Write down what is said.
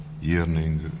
yearning